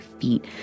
feet